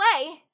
away